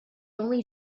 only